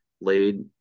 laid